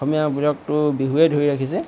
অসমীয়াবিলাকতো বিহুৱে ধৰি ৰাখিছে